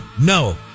No